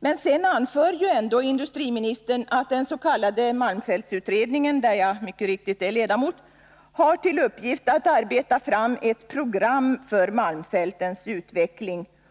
Men sedan anför ju ändå industriministern att den s.k. malmfältsutredningen, där jag mycket riktigt är ledamot, har till uppgift att arbeta fram ett program för malmfältens utveckling.